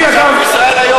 "ישראל היום".